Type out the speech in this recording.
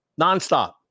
nonstop